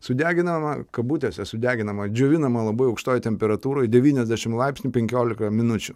sudeginama kabutėse sudeginama džiovinama labai aukštoj temperatūroj devyniasdešimt laipsnių penkiolika minučių